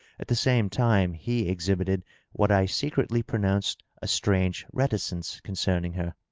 at the same time he exhibited what i secretly pronounced a strange reticence concerning her.